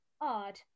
Odd